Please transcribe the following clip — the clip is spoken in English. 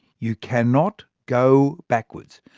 you cannot go backwards.